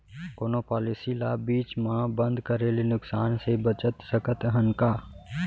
कोनो पॉलिसी ला बीच मा बंद करे ले नुकसान से बचत सकत हन का?